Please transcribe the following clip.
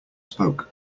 spoke